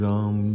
Ram